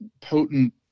potent